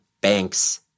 bank's